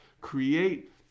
create